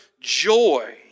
joy